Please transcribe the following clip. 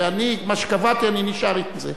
מה שקבעתי, אני נשאר עם זה.